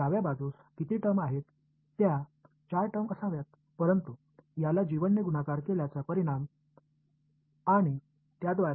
இந்த இரண்டையும் கழிப்பதன் மூலம் இந்த இரண்டையும் கழிப்பதன் மூலம் எனக்கு ஏதாவது நன்மைகள் எனக்கு கிடைக்குமா